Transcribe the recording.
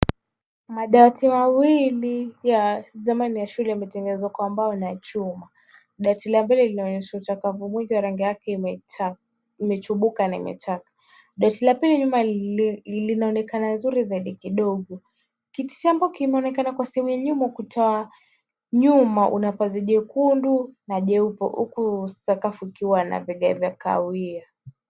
Madawati mawili ya zamani, ya shule, yametengenezwa kwa mbao na chuma. Dawati la mbele linaonyesha uchapavu mwingi, na rangi yake imechubuka na imechakaa. Dawati la pili linaonekana zuri zaidi kidogo. Kiti cha mbao kinaonekana kwa sehemu ya nyuma. Ukuta wa nyuma una pazia jekundu na jeupe, huku sakafu ikiwa na vigae vya kahawia.